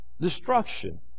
destruction